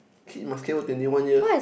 kids must care for twenty one years